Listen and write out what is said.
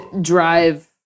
drive